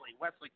Wesley